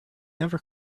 never